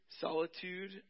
Solitude